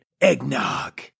eggnog